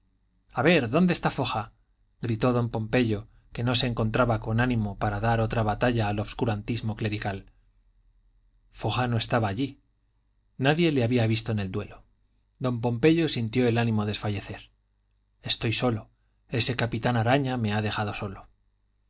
a ver dónde está foja gritó don pompeyo que no se encontraba con ánimo para dar otra batalla al obscurantismo clerical foja no estaba allí nadie le había visto en el duelo don pompeyo sintió el ánimo desfallecer estoy solo ese capitán araña me ha dejado solo